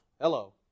Hello